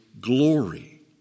glory